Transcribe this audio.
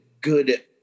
good